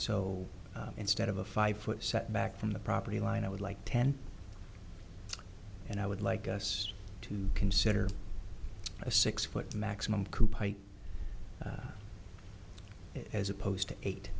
so instead of a five foot setback from the property line i would like ten and i would like us to consider a six foot maximum coupe height as opposed to eight